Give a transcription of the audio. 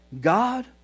God